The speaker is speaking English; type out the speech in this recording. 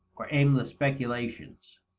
or aimless speculations.